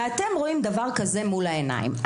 ואתם רואים דבר כזה מול העיניים,